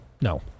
No